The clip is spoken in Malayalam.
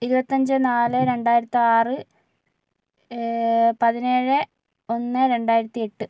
ഇരുപത്തി അഞ്ച് നാല് രണ്ടായിരത്തി ആറ് പതിനേഴ് ഒന്ന് രണ്ടായിരത്തി എട്ട്